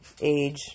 age